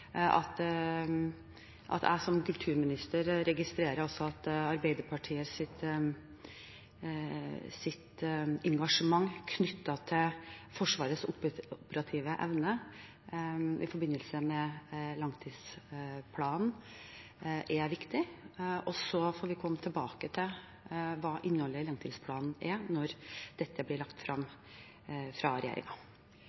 som kulturminister registrerer at Arbeiderpartiets engasjement knyttet til Forsvarets operative evne i forbindelse med langtidsplanen, er viktig. Så får vi komme tilbake til hva innholdet i langtidsplanen er når dette blir lagt